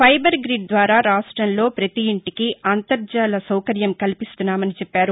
fibre grid ద్వారా రాష్టంలో ప్రతి ఇంటికి అంతర్జాల సౌకర్యం కల్పిస్తున్నామని చెప్పారు